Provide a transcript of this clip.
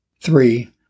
Three